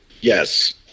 Yes